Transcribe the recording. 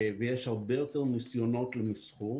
ויש הרבה יותר ניסיונות למסחור.